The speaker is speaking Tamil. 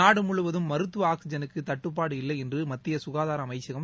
நாடு முழுவதும் மருத்துவ ஆக்ஸிஐனுக்கு தட்டுப்பாடு இல்லை என்று மத்திய ககாதார அமைச்சகம்